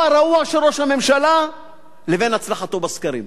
הרעוע של ראש הממשלה לבין הצלחתו בסקרים.